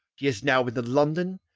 he has now, in the london,